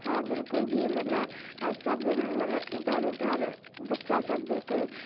अऽ बिलकुल भी मतलब सब मतलब इधर उधर बच्चासब बिलकुल